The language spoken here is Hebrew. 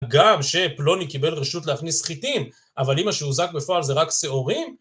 גם שפלוני קיבל רשות להכניס חיטים, אבל אם מה שהוזק בפועל זה רק שעורים...